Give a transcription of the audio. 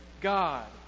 God